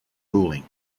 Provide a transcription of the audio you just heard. ruling